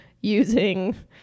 using